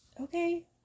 Okay